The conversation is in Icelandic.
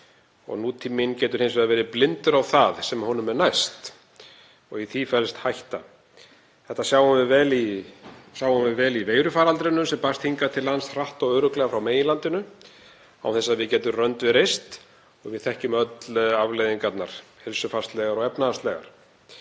Nútíminn getur hins vegar verið blindur á það sem honum er næst og í því felst hætta. Þetta sáum við vel í veirufaraldrinum sem barst hingað til lands hratt og örugglega frá meginlandinu án þess að við gætum rönd við reist og við þekkjum öll afleiðingarnar, heilsufarslegar og efnahagslegar.